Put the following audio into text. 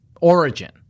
Origin